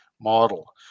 model